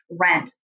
rent